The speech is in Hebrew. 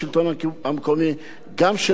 כולם הסכימו וכולם מברכים.